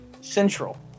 Central